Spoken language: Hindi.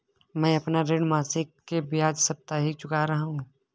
मैं अपना ऋण मासिक के बजाय साप्ताहिक चुका रहा हूँ